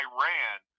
Iran